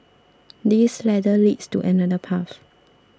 this ladder leads to another path